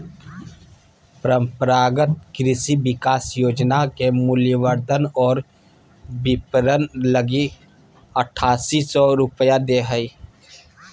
परम्परागत कृषि विकास योजना के मूल्यवर्धन और विपरण लगी आठासी सौ रूपया दे हइ